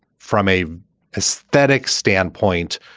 from a ah static standpoint,